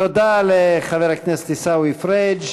תודה לחבר הכנסת עיסאווי פריג'.